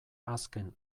azken